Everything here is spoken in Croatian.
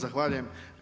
Zahvaljujem.